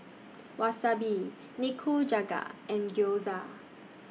Wasabi Nikujaga and Gyoza